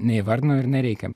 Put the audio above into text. neįvardinau ir nereikia